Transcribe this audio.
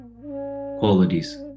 qualities